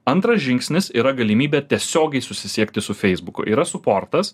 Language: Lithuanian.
antras žingsnis yra galimybė tiesiogiai susisiekti su feisbuku yra suportas